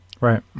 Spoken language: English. Right